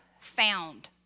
Found